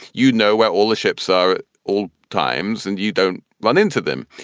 you know where all the ships are at all times and you dont run into them.